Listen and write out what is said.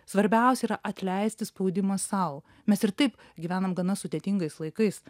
svarbiausia yra atleisti spaudimą sau mes ir taip gyvenam gana sudėtingais laikais